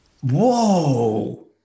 Whoa